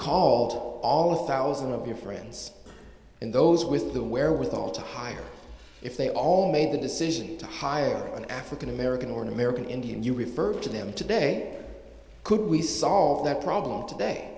it all a thousand of your friends and those with the wherewithal to hire if they all made the decision to hire an african american or an american indian you refer to them today could we solve that problem today